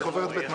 אני